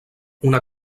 una